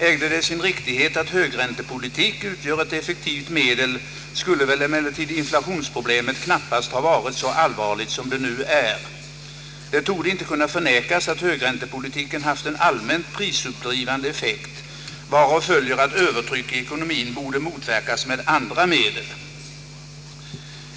ägde det sin riktighet att högräntepolitik utgör ett effektivt medel skulle väl emellertid inflationsproblemet knappast ha varit så allvarligt som det nu är. Det torde inte kunna förnekas att högräntepolitiken haft en allmänt prisuppdrivande effekt, varav följer att övertryck i ekonomien borde motverkas med andra medel.